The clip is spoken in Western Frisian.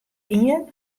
ien